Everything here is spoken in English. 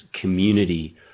community